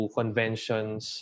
conventions